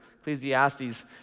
Ecclesiastes